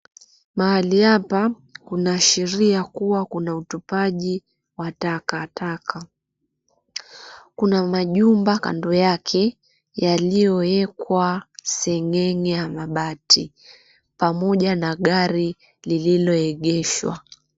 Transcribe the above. Mahali hapa kuna sheria kuwa kuna utupaji wa takataka. Kuna majumba kando yake yaliyoekwa seng'eng'e ya mabati pamoja na gari lililoegeshwa.